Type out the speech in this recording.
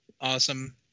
awesome